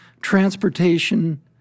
transportation